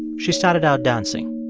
she started out dancing.